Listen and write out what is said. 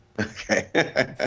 Okay